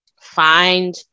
find